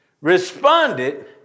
responded